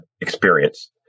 experience